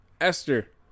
esther